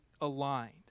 aligned